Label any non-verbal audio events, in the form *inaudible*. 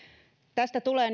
tästä tulee *unintelligible*